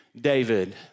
David